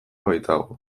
baitago